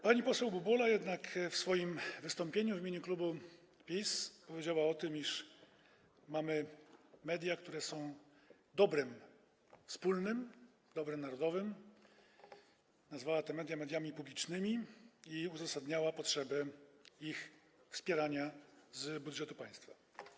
Pani poseł Bubula jednak w swoim wystąpieniu w imieniu klubu PiS powiedziała o tym, iż mamy media, które są dobrem wspólnym, dobrem narodowym, nazwała te media mediami publicznymi i uzasadniała potrzebę ich wspierania z budżetu państwa.